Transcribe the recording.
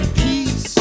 peace